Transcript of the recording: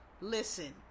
listen